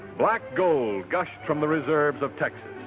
black gold gushed from the reserves of texas.